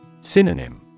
Synonym